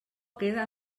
queda